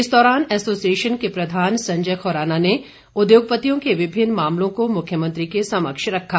इस दौरान एसोसिएशन के प्रधान संजय खुराना ने उद्योगपतियों के विभिन्न मामलों को मुख्यमंत्री के समक्ष रखा